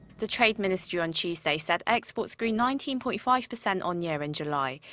the trade ministry on tuesday said, exports grew nineteen point five percent on-year in july.